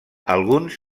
alguns